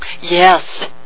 Yes